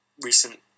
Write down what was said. recent